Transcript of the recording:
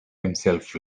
himself